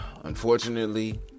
unfortunately